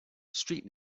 street